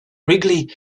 wrigley